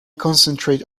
concentrate